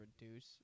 reduce